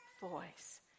voice